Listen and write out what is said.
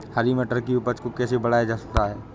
हरी मटर की उपज को कैसे बढ़ाया जा सकता है?